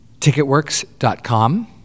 Ticketworks.com